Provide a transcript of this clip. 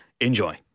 Enjoy